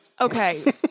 Okay